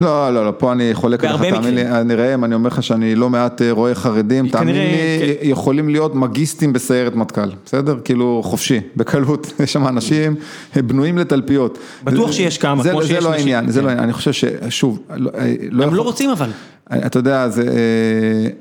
לא, לא, פה אני חולק עליך, בהרבה מקרים, ראם אני אומר לך שאני לא מעט רואה חרדים, תאמין לי, יכולים להיות מגיסטים בסיירת מטכל, בסדר? כאילו חופשי, בקלות, יש שם אנשים בנויים לתלפיות. בטוח שיש כמה, כמו שיש נשים. זה לא העניין, זה לא העניין, אני חושב ששוב... הם לא רוצים אבל. אתה יודע, זה...